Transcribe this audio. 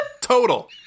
Total